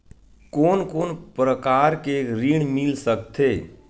कोन कोन प्रकार के ऋण मिल सकथे?